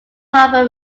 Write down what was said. harbor